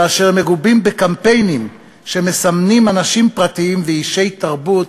ואשר מגובים בקמפיינים שמסמנים אנשים פרטיים ואישי תרבות,